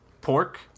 pork